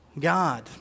God